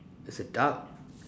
there's a duck